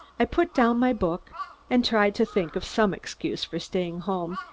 i put down my book and tried to think of some excuse for staying home,